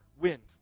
wind